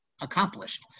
accomplished